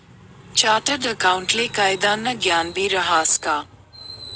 chartered अकाऊंटले कायदानं ज्ञानबी रहास का